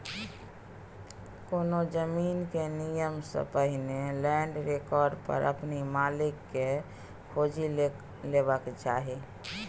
कोनो जमीन कीनय सँ पहिने लैंड रिकार्ड पर असली मालिक केँ खोजि लेबाक चाही